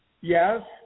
Yes